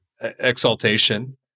exaltation